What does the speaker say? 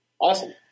Awesome